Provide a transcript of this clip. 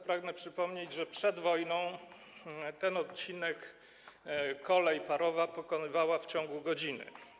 Pragnę przypomnieć, że przed wojną ten odcinek kolej parowa pokonywała w ciągu godziny.